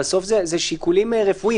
בסוף אלו שיקולים רפואיים,